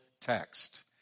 text